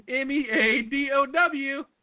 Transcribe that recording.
M-E-A-D-O-W